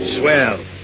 Swell